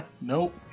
Nope